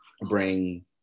bring